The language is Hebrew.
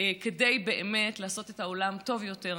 כדי באמת לעשות את העולם טוב יותר,